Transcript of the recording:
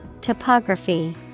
Topography